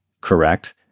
correct